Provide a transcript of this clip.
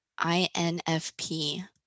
infp